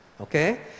Okay